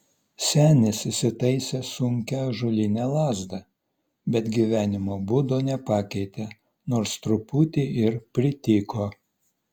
senis įsitaisė sunkią ąžuolinę lazdą bet gyvenimo būdo nepakeitė nors truputį ir prityko